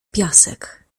piasek